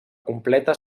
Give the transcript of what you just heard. completa